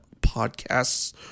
podcasts